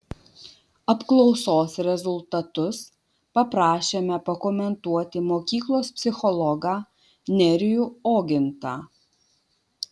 apklausos rezultatus paprašėme pakomentuoti mokyklos psichologą nerijų ogintą